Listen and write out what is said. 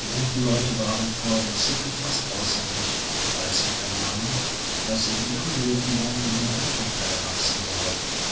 die guten leute waren vor entzücken fast außer sich als sie vernahmen daß in ihrem myrtenbaum ihnen eine tochter erwachsen sei